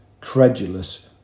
credulous